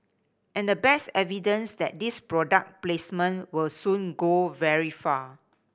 and the best evidence that this product placement will soon go very far